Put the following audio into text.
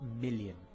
million